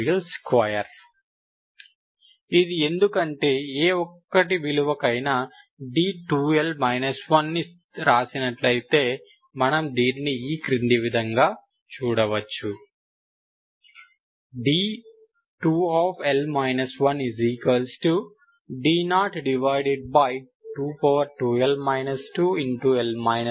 2 ఇది ఎందుకంటే ఏ l విలువకైనా d2l 1 ని రాసినట్లైతే మనం దీనిని ఈ క్రింది విధంగా చూడవచ్చు d2d022l 2l 1